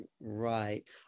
right